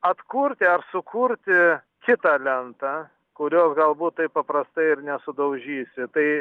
atkurti ar sukurti kitą lentą kurios galbūt taip paprastai ir nesudaužysi tai